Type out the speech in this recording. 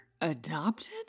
Adopted